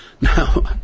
Now